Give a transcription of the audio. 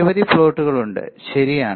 നിരവധി പ്ലോട്ടുകൾ ഉണ്ട് ശരിയാണ്